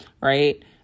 right